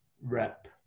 rep